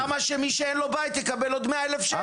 למה שמי שאין לו בית יקבל עוד 100,000 שקלים?